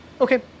Okay